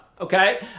okay